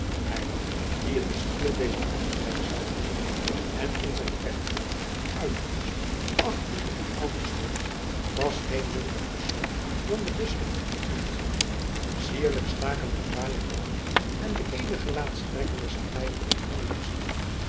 hij die het bestier dezer plechtigheid zou voeren en in zijn plechtgewaad uitgedost achter het outer stond was geen minder persoon dan de bisschop van utrecht zelf sierlijk staken de fraaie houding en edele gelaatstrekken des gemijterden jongelings af